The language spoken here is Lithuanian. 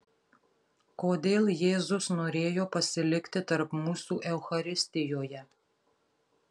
kodėl jėzus norėjo pasilikti tarp mūsų eucharistijoje